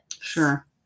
Sure